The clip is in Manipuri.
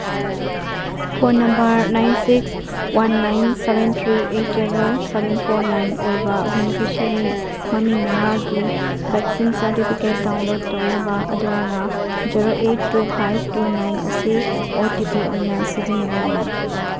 phone number nine six one nine seven three eight zero seven four nine ꯑꯣꯏꯕ ꯕꯤꯅꯤꯐꯤꯁꯔꯤ ꯃꯃꯤꯡ ꯃꯉꯥꯒꯤ ꯚꯦꯛꯁꯤꯟ ꯁꯥꯔꯇꯤꯐꯤꯀꯦꯠ ꯗꯥꯎꯟꯂꯣꯠ ꯇꯧꯅꯕ ꯑꯗꯣꯝꯅ zero eight two five two nine ꯑꯁꯤ ꯑꯣ ꯇꯤ ꯄꯤ ꯑꯣꯏꯅ ꯁꯤꯖꯤꯟꯅꯕ ꯌꯥꯏ